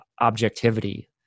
objectivity